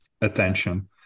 attention